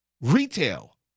retail